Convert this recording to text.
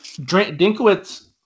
Dinkowitz